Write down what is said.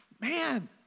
man